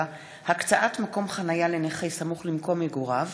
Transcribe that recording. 7) (הקצאת מקום חניה לנכה סמוך למקום מגוריו),